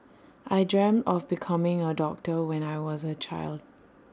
I dreamt of becoming A doctor when I was A child